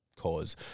cause